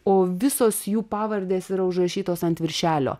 o visos jų pavardės yra užrašytos ant viršelio